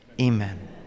amen